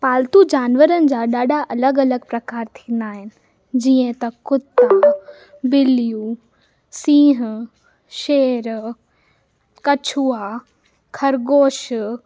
पालतू जानवरनि जा ॾाढा अलॻि अलॻि प्रकार थींदा आहिनि जीअं त कुता ॿिलियूं सिंह शेर कछुआ खरगोश